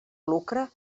lucre